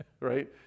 right